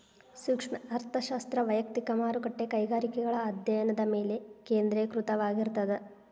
ಸೂಕ್ಷ್ಮ ಅರ್ಥಶಾಸ್ತ್ರ ವಯಕ್ತಿಕ ಮಾರುಕಟ್ಟೆ ಕೈಗಾರಿಕೆಗಳ ಅಧ್ಯಾಯನದ ಮೇಲೆ ಕೇಂದ್ರೇಕೃತವಾಗಿರ್ತದ